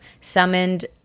summoned